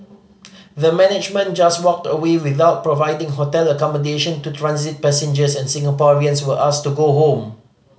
the management just walked away without providing hotel accommodation to transit passengers and Singaporeans were asked to go home